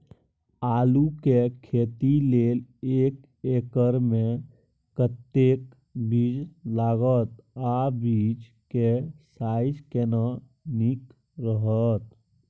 आलू के खेती लेल एक एकर मे कतेक बीज लागत आ बीज के साइज केना नीक रहत?